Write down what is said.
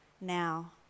now